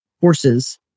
horses